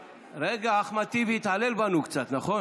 רגע, אחמד טיבי התעלל בנו קצת, נכון?